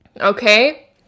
Okay